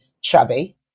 chubby